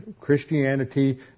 Christianity